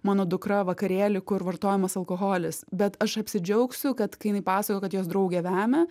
mano dukra vakarėly kur vartojamas alkoholis bet aš apsidžiaugsiu kad kai jinai pasakoja kad jos draugė vemia